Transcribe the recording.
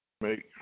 make